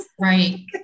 right